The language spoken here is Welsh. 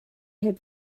heb